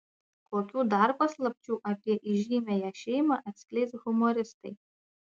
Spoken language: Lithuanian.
kokių dar paslapčių apie įžymiąją šeimą atskleis humoristai